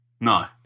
No